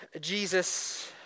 Jesus